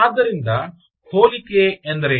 ಆದ್ದರಿಂದ ಹೋಲಿಕೆ ಎಂದರೇನು